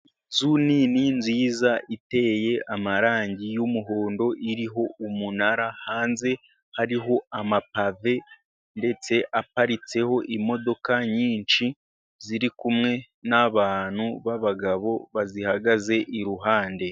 Inzu nini, nziza, iteye amarangi y'umuhondo, iriho umunara, hanze hariho amapave, ndetse aparitseho imodoka nyinshi ziri kumwe n'abantu b'abagabo bazihagaze iruhande.